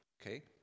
Okay